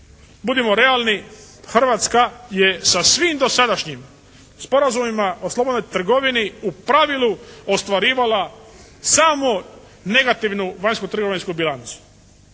budimo realni, Hrvatska je sa svim dosadašnjim sporazumima o slobodnoj trgovini u pravilu ostvarivala samo negativnu vanjsku trgovinsku bilancu.